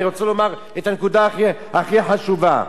אני רוצה לומר את הנקודה הכי חשובה,